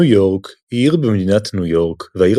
ניו יורק היא עיר במדינת ניו יורק והעיר